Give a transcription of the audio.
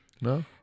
No